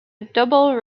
double